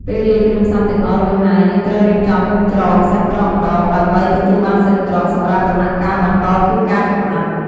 ពេលលាយគ្រឿងផ្សំទាំងអស់រួចហើយ យើងត្រូវរៀបចំច្រកសាច់ក្រកម្តង ដើម្បីទទួលបានសាច់ក្រក សម្រាប់ដំណាក់កាលបន្តគឺការចម្អិន។